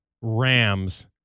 Rams